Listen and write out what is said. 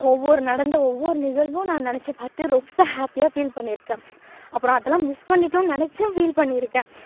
ஒவ்வொரு நடந்த ஒவ்வொரு நிகழ்வும் நான் நெனைச்சி பார்த்து ரொம்ப ஹாப்பியாக ஃபீல் பண்ணியிருக்கேன் அப்புறம் அதெல்லாம் மிஸ் பண்ணிட்டோம்னு நெனைச்சும் ஃபீல் பண்ணியிருக்கேன்